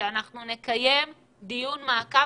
שנקיים דיון מעקב